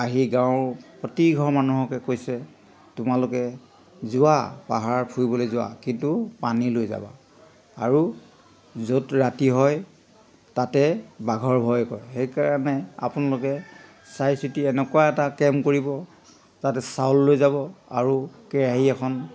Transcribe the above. আহি গাঁৱৰ প্ৰতিঘৰ মানুহকে কৈছে তোমালোকে যোৱা পাহাৰ ফুৰিবলৈ যোৱা কিন্তু পানী লৈ যাবা আৰু য'ত ৰাতি হয় তাতে বাঘৰ ভয় কৰে সেইকাৰণে আপোনালোকে চাই চিতি এনেকুৱা এটা কেম্প কৰিব যাতে চাউল লৈ যাব আৰু কেৰাহী এখন